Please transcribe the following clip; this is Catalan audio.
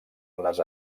les